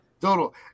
total